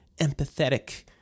empathetic